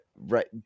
Right